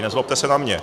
Nezlobte se na mě.